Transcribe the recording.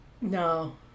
No